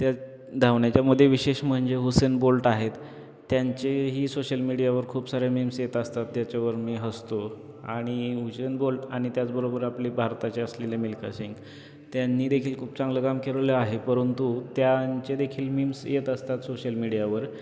त्या धावण्याच्यामध्ये विशेष म्हणजे हुसेन बोल्ट आहेत त्यांचे ही सोशल मीडियावर खूप साऱ्या मिम्स येत असतात त्याच्यावर मी हसतो आणि हुसेन बोल्ट आणि त्याचरोबर आपले भारताचे असलेले मिल्खा सिंग त्यांनीदेखील खूप चांगलं काम केलेलं आहे परंतु त्यांचे देखील मीम्स येत असतात सोशल मीडियावर